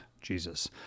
Jesus